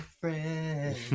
friend